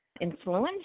influence